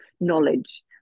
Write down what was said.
knowledge